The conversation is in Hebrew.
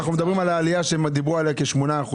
אנחנו מדברים על העלייה שהם דיברו עליה של כ-8%,